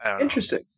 Interesting